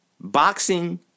boxing